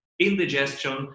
indigestion